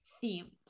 themes